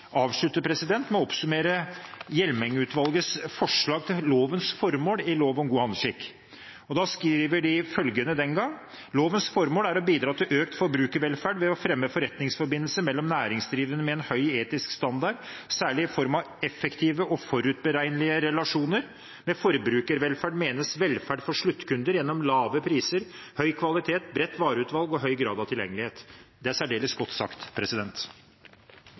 med å oppsummere Hjelmeng-utvalgets forslag til formål i lov om god handelsskikk. De skrev: «Lovens formål er å bidra til økt forbrukervelferd ved å fremme forretningsforbindelser mellom næringsdrivende med en høy etisk standard, særlig i form av effektive og forutberegnelige relasjoner. Med forbrukervelferd menes velferd for sluttkunder gjennom lave priser, høy kvalitet, bredt vareutvalg og høy grad av tilgjengelighet.» Det er særdeles godt sagt.